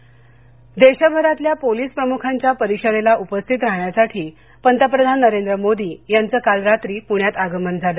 पंतप्रधान पणे देशभरातल्या पोलीस प्रमुखांच्या परिषदेला उपस्थित राहण्यासाठी पंतप्रधान नरेंद्र मोदी यांचं काल रात्री पुण्यात आगमन झालं